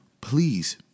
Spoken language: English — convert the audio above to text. please